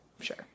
Sure